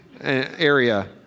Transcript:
area